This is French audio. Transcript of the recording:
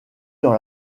dans